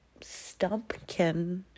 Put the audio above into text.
Stumpkin